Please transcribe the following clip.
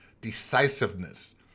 decisiveness